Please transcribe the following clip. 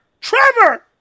Trevor